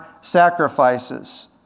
sacrifices